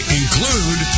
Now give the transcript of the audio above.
include